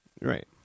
right